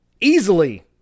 Easily